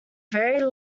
very